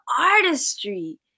artistry